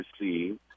received